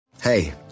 Hey